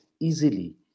easily